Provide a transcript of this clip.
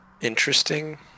interesting